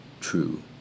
true